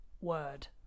word